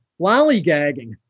lollygagging